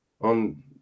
on